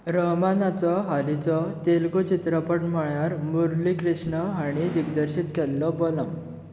रहमानाचो हालींचो तेलुगू चित्रपट म्हळ्यार मुरलीकृष्ण हांणे दिग्दर्शीत केल्लो बलम